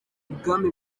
ibwami